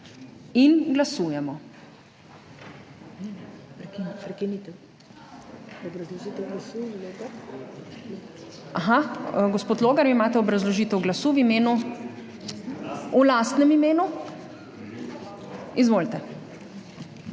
in poslancev. Gospod Logar, vi imate obrazložitev glasu v imenu? V lastnem imenu. Izvolite.